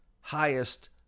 highest